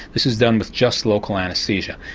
this is done with just local anaesthesia.